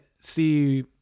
see